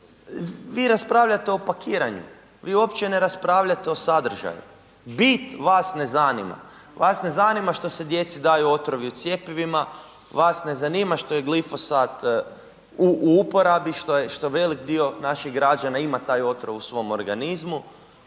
Vi raspravljate o pakiranju, vi uopće ne raspravljate o sadržaju. Bit vas ne zanima. Vas ne zanima što se djeci daju otrovi u cjepivima, vas ne zanima što je glifosat u uporabi, što velik dio naših građana ima taj otrov u svom organizmu,